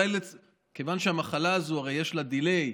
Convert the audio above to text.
כיוון שלמחלה הזאת יש delay,